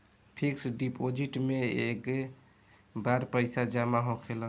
fix deposit मे एके बार पैसा जामा होखेला